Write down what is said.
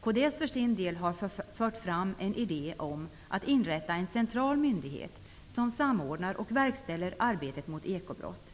Kds har för sin del fört fram en idé om att inrätta en central myndighet som samordnar och verkställer arbetet mot ekobrott.